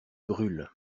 brûle